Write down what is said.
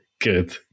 Good